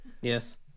Yes